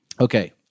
okay